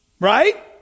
Right